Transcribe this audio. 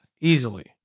Easily